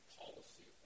policy